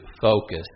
focus